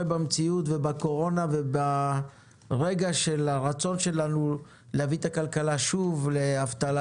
במציאות ובקורונה והרצון שלנו להביא את הכלכלה שוב לאבטלה